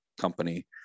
company